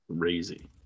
crazy